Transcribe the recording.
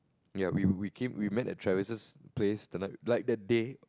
ya we we came we made the Trivers's place the night like the day